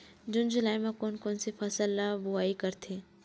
जून जुलाई म कोन कौन से फसल ल बोआई करथे?